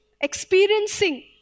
experiencing